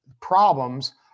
problems